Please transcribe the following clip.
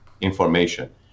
information